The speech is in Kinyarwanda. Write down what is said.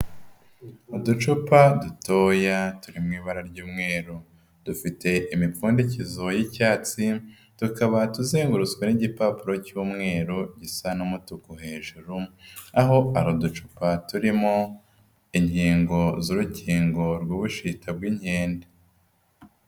Uducupa dutoya turi mu ibara ry'umweru, dufite imipfundikizo y'icyatsi tukaba tuzengurutswe n'igipapuro cy'umweru gisa n'umutuku hejuru, aho ari uducupa turimo inkingo z'urukingo rw'ubushita bw'inkende.